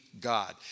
God